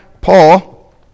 Paul